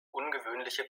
ungewöhnliche